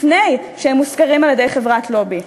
לפני שהם מושכרים על-ידי חברת לובי.